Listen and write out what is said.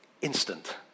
Instant